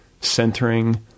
centering